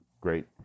great